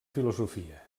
filosofia